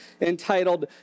entitled